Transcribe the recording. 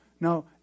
No